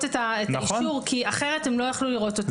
את האישור כי אחרת הם לא יכלו לראות אותו.